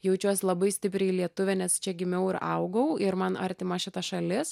jaučiuos labai stipriai lietuvė nes čia gimiau ir augau ir man artima šita šalis